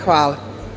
Hvala.